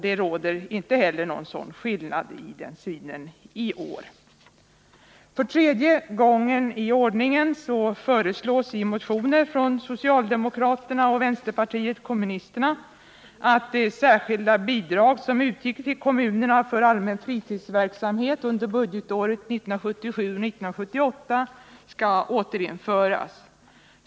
Det gör det inte heller i år. För tredje gången i ordningen föreslås i motioner från socialdemokraterna och från vänsterpartiet kommunisterna att det särskilda bidrag som utgick till kommunerna för allmän fritidsverksamhet under budgetåret 1977/78 skall återinföras.